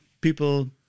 people